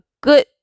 good